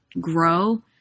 grow